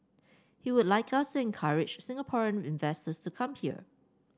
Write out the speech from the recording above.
he would like us to encourage Singaporean investors to come here